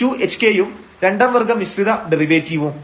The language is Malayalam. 2 hk യും രണ്ടാം വർഗ്ഗ മിശ്രിത ഡെറിവേറ്റീവും